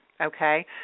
Okay